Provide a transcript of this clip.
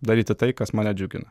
daryti tai kas mane džiugina